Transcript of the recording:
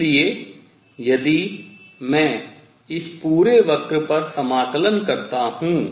इसलिए यदि मैं इस पूरे वक्र पर समाकलन करता हूँ